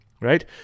right